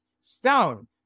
stone